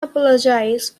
apologized